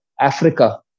Africa